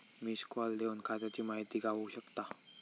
missed call देवन खात्याची माहिती गावू शकता